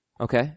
Okay